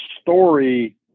story